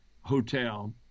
hotel